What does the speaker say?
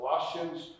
Colossians